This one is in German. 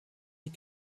die